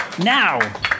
Now